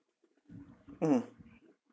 mmhmm